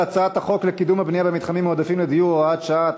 על הצעת החוק לקידום הבנייה במתחמים מועדפים לדיור (הוראת שעה),